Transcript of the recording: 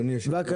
לא אדוני, תודה.